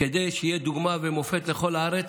כדי שיהיה דוגמה ומופת לכל הארץ,